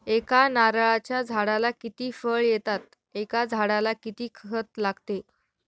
एका नारळाच्या झाडाला किती फळ येतात? एका झाडाला किती खत लागते?